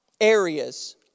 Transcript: areas